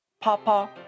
Papa